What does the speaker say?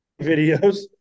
videos